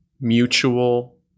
mutual